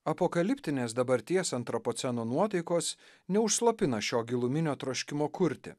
apokaliptinės dabarties antropoceno nuotaikos neužslopina šio giluminio troškimo kurti